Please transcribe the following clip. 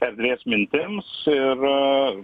erdvės mintims ir